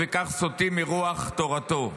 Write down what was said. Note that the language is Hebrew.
ובכך סוטים מרוח תורתו.